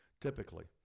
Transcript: Typically